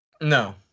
No